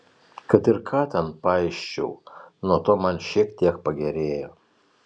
kad ir ką ten paisčiau nuo to man šiek tiek pagerėjo